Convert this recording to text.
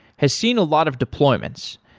has seen a lot of deployments.